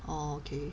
orh okay